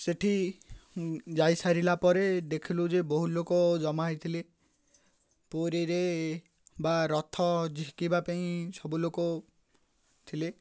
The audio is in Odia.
ସେଠି ଯାଇସାରିଲା ପରେ ଦେଖିଲୁ ଯେ ବହୁ ଲୋକ ଜମା ହେଇଥିଲେ ପୁରୀରେ ବା ରଥ ଝିକିବା ପାଇଁ ସବୁ ଲୋକ ଥିଲେ